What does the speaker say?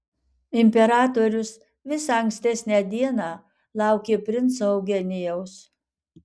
imperatorius visą ankstesnę dieną laukė princo eugenijaus